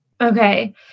Okay